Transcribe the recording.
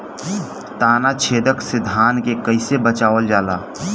ताना छेदक से धान के कइसे बचावल जाला?